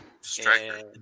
Striker